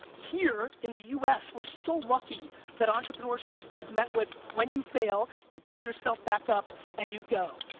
here, in the us, we're so lucky that entrepreneurship is met with when you fail, you pick yourself back up and you go.